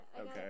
Okay